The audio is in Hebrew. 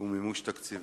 ועל מימוש תקציביהם.